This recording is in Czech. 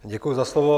Děkuji za slovo.